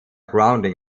grounding